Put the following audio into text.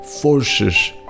forces